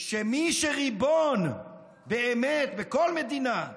שמי שריבון באמת בכל מדינה,